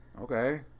Okay